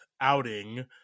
outing